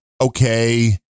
okay